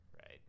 right